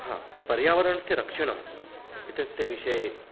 हा पर्यावरणस्य रक्षणम् एतस्य विषये